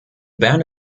band